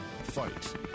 fight